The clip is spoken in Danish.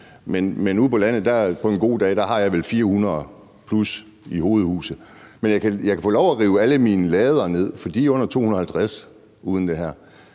vel på en god dag 400 hovedhuse. Men jeg kan få lov at rive alle mine lader ned, for de er på under 250 m², uden det her.